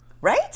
Right